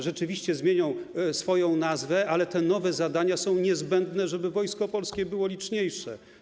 Rzeczywiście zmienią swoją nazwę, ale nowe zadania są niezbędne po to, żeby Wojsko Polskie było liczniejsze.